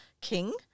king